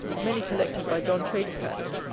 many collected by john tradescant,